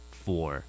four